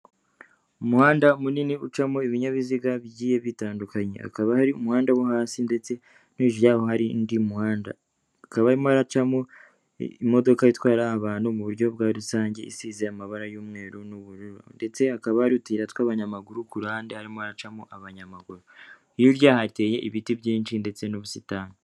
Umuhanda munini ucamo ibinyabiziga bigiye bitandukanye. Hakaba hari umuhanda wo hasi ndetse no hejuru yawo hari undi muhanda. Hakaba harimo haracamo imodoka itwara abantu mu buryo bwa rusange, isize amabara y'umweru n'ubururu ndetse hakaba hari utuyira tw'abanyamaguru, ku ruhande harimo haracamo abanyamaguru. Hirya hateye ibiti byinshi ndetse n'ubusitani.